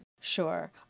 Sure